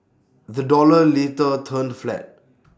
the dollar later turned flat